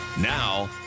Now